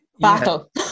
battle